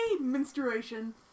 menstruation